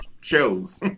shows